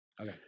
Okay